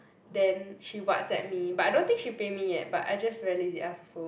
then she WhatsApp me but I don't think she pay me yet but I just very lazy ask also